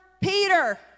Peter